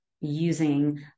using